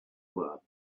were